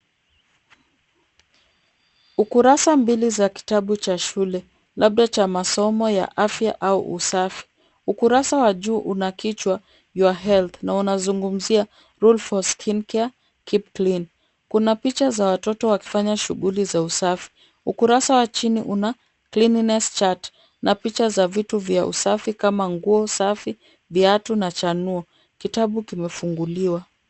Ukurasa mbili za kitabu cha shule, labda cha masomo ya afya au usafi. Ukurasa wa juu una kichwa your health na unazungumzia rule for skin care, keep clean . Kuna picha za watoto wakifanya shughuli za usafi. Ukurasa wa chini una cleanliness chart na picha za vitu vya usafi kama vile nguo safi, viatu na chanuo. Kitabu kimefunguliwa.